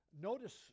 Notice